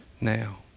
now